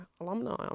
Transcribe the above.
alumni